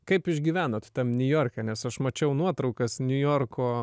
kaip išgyvenot tam niujorke nes aš mačiau nuotraukas niujorko